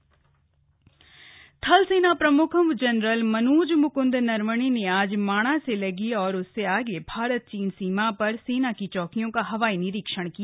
थल सेना प्रमुख थल सेना प्रम्ख जनरल मनोज म्कंद नरवड़े ने आज माणा से लगी और उससे आगे भारत चीन सीमा पर सेना की चौकियों का हवाई निरीक्षण किया